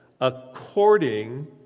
according